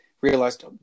realized